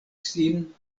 sin